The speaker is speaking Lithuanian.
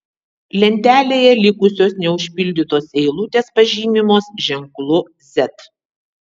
lentelėje likusios neužpildytos eilutės pažymimos ženklu z